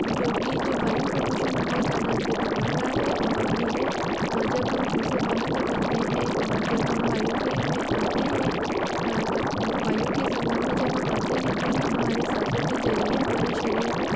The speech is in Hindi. क्योंकि जो वायु प्रदूषण बहौत ज़्यादा अत्यधिक बढ़ रहा है और ये है जब हम घर से बाहर निकलते हैं और जब हम वायु के में आते हैं आ तब वायु के संबंध मे जब हम आते हैं तो ये हमारे सासों के ज़रिए हमारे शरीर को